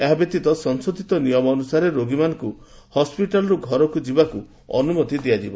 ଏହା ବ୍ୟତୀତ ସଂଶୋଧୂତ ନିୟମ ଅନୁସାରେ ରୋଗୀମାନଙ୍କୁ ହିିଟାଲ୍ରୁ ଘରକୁ ଯିବାକୁ ଅନୁମତି ଦିଆଯିବ